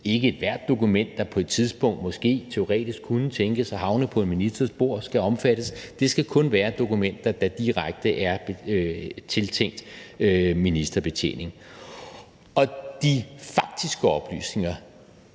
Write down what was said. Ikke ethvert dokument, der på et tidspunkt, måske, teoretisk, kunne tænkes at havne på en ministers bord, skal omfattes; det skal kun være dokumenter, der direkte er tiltænkt ministerbetjening. Og de faktiske oplysninger,